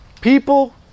People